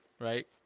right